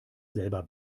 selber